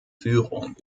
führung